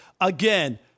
Again